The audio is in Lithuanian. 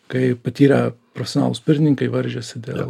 kai patyrę profesionalūs pirtininkai varžėsi dėl